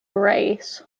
race